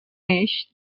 eix